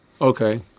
Okay